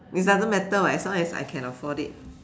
it doesn't matter [what] as long as I can afford it